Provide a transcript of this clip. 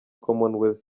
commonwealth